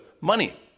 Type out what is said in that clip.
money